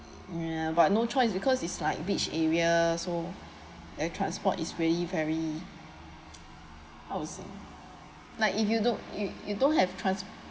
ya but no choice because it's like beach area that's all their transport is really very how to say like if you don't you you don't have trans~